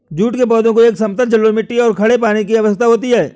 jute के पौधे को एक समतल जलोढ़ मिट्टी और खड़े पानी की आवश्यकता होती है